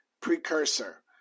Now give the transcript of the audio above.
precursor